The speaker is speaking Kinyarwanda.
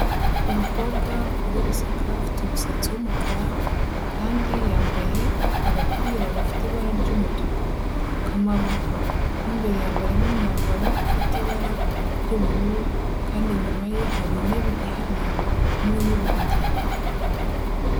Umukobwa uri guseka afite umusatsi w'umukara kandi yambaye agapira gafite ibara ry'umutuku k'amaboko, mo imbere yambariyemo umwambaro ufite ibara ry'ubururu kandi inyuma ye hari intebe ihari hamwe n'urugi.